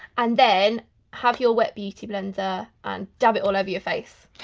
and then have your wet beauty blender and dab it all over your face.